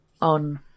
on